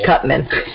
Cutman